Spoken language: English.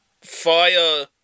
fire